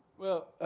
well,